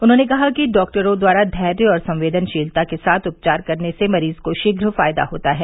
उन्होंने कहा कि डॉक्टरों द्वारा धैर्य और संवेदनशीलता के साथ उपचार करने से मरीज़ को शीघ्र फ़ायदा होता है